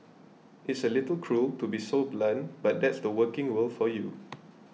it's a little cruel to be so blunt but that's the working world for you